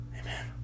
Amen